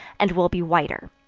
and will be whiter.